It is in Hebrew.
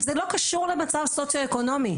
זה לא קשור למצב סוציו-אקונומי.